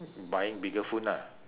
buying bigger phone ah